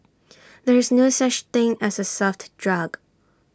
there is no such thing as A soft drug